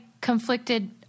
conflicted